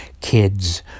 kids